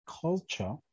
culture